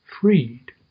freed